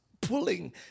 pulling